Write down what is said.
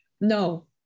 No